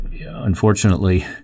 unfortunately